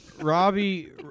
Robbie